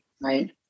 Right